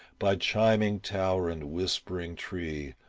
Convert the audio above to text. by chiming tower and whispering tree,